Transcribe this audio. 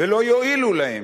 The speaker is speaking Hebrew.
ולא יועילו להם.